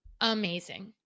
amazing